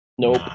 Nope